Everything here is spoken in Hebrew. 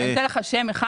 שם אחד